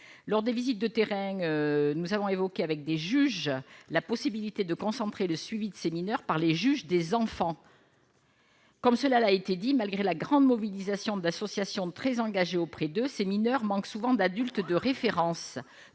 lors des visites de terrain, nous avons évoqué avec des juges, la possibilité de concentrer le suivi de ces mineurs par les juges des enfants. Comme cela l'a été dit, malgré la grande mobilisation d'associations très engagé auprès de ces mineurs manquent souvent d'adulte de référence,